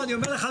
אני אומר לך,